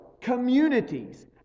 communities